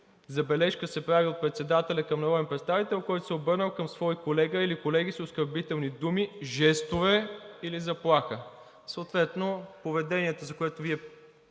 „Забележка се прави от председателя към народен представител, който се е обърнал към свой колега или колеги с оскърбителни думи, жестове или заплаха.“ Съответно поведението, за което Вие